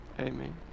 amen